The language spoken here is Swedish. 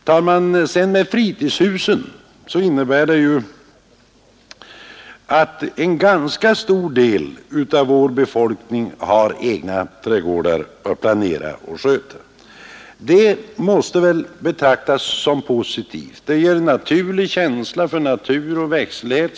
Om man också räknar in fritidshusen innebär det ju att en ganska stor del av vår befolkning har egna trädgårdar att planera och sköta. Det måste väl betraktas som positivt. Det ger en naturlig känsla för natur och växtlighet.